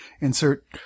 insert